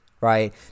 right